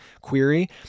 query